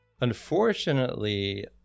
Unfortunately